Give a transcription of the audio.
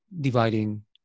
dividing